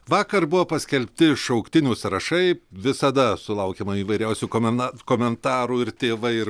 vakar buvo paskelbti šauktinių sąrašai visada sulaukiama įvairiausių komenda komentarų ir tėvai ir